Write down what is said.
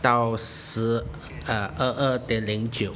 到十呃二二点零九